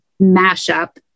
mashup